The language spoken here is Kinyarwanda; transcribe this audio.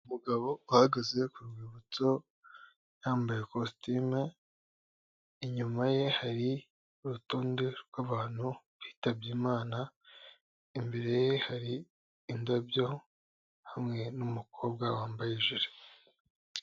Umugabo uhagaze ku rwibutso yambaye ikositimu, inyuma ye hari urutonde rw'abantu bitabye Imana, imbere ye hari indabyo hamwe n'umukobwa wambaye ijiri.